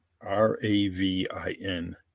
R-A-V-I-N